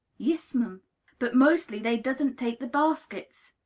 yis'm but mostly they doesn't take the baskets.